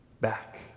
back